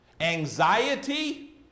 anxiety